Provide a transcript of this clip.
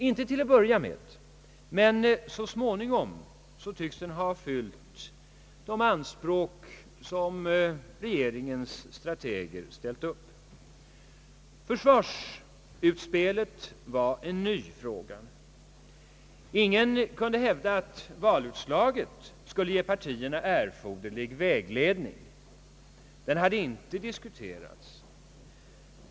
Inte till att börja med, men så småningom tycks den ha fyllt de anspråk som regeringens strateger ställt upp. Försvarsutspelet var en ny fråga. Ingen kunde hävda att valutslaget skulle ge partierna erforderlig vägledning. Den hade inte diskuterats.